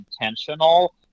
intentional